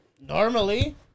normally